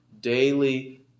daily